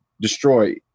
destroy